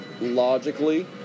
logically